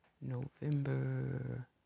November